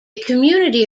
community